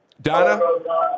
Donna